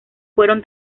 fueron